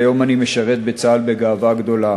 והיום אני משרת בצה"ל בגאווה גדולה.